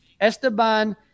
Esteban